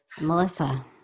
Melissa